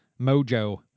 mojo